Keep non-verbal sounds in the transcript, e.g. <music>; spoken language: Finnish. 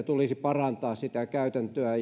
<unintelligible> tulisi parantaa sitä käytäntöä <unintelligible>